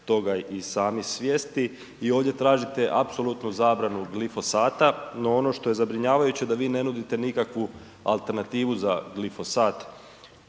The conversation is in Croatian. toga i sami svjesni i ovdje tražite apsolutnu zabranu glifosata. No ono što je zabrinjavajuće da vi ne nudite nikakvu alternativu za glifosat